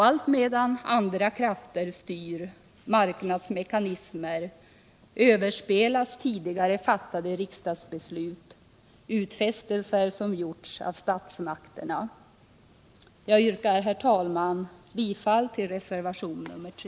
Allt medan andra krafter styr, marknadsmekanismer överspelar tidigare fattade riksdagsbeslut liksom utfästelser som gjorts av statsmakterna. Jag yrkar, herr talman, bifall till reservationen 3.